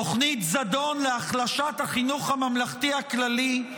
תוכנית זדון להחלשת החינוך הממלכתי הכללי,